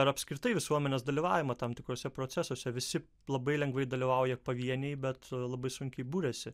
ar apskritai visuomenės dalyvavimą tam tikruose procesuose visi labai lengvai dalyvauja pavieniai bet labai sunkiai buriasi